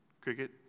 Cricket